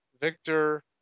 Victor